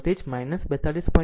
8 o આમ જ આ વોલ્ટેજ 42